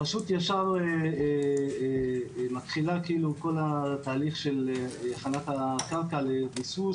הרשות ישר מתחילה את כל ההליך של הכנת הקרקע לביסוס